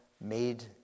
made